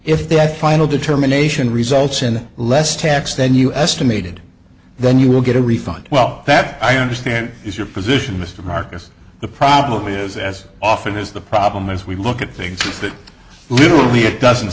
if that final determination results in less tax than you estimated then you will get a refund well that i understand is your position mr marcus the problem is as often as the problem is we look at things that literally it doesn't